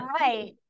right